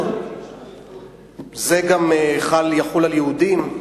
זה גם יחול על יהודים?